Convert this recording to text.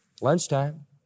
lunchtime